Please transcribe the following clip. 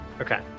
Okay